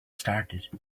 started